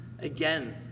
Again